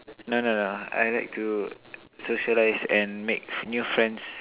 no no no I like to socialize and make new friends